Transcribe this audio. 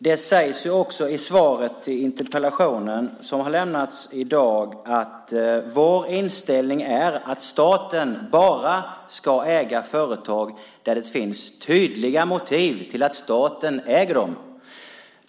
Det sägs i svaret på interpellationen som har lämnats i dag: "Vår inställning är att staten bara ska äga företag där det finns tydliga motiv till att staten äger dem."